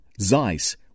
Zeiss